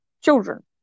children